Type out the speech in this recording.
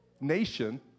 nation